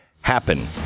happen